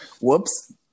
Whoops